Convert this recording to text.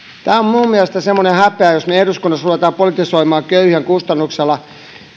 tämä on minun mielestäni semmoinen häpeä jos me eduskunnassa rupeamme politisoimaan köyhien kustannuksella